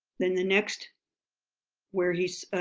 then the next where he's